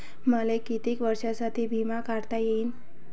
मले कितीक वर्षासाठी बिमा काढता येईन?